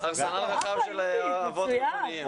יש לו ארסנל רחב של אבות רוחניים.